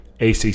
ACC